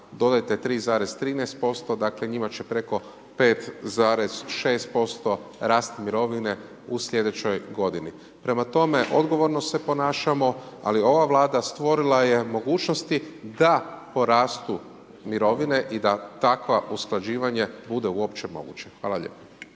dodajte 3,13%, dakle njima će preko 5,6% rasti mirovine u sljedećoj godini. Prema tome, odgovorno se ponašamo ali ova Vlada stvorila je mogućnosti da porastu mirovine i da takvo usklađivanje bude uopće moguće. Hvala lijepo.